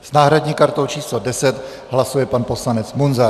S náhradní kartou číslo 10 hlasuje pan poslanec Munzar.